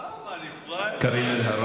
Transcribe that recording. לא, מה, אני פראייר?